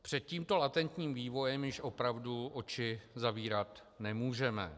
Před tímto latentním vývojem již opravdu oči zavírat nemůžeme.